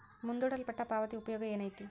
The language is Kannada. ಮುಂದೂಡಲ್ಪಟ್ಟ ಪಾವತಿಯ ಉಪಯೋಗ ಏನೈತಿ